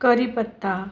करीपत्ता